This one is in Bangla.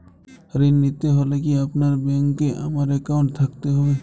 ঋণ নিতে হলে কি আপনার ব্যাংক এ আমার অ্যাকাউন্ট থাকতে হবে?